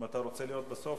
אתה רוצה להיות בסוף?